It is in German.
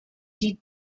die